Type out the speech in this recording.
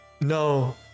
No